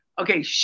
Okay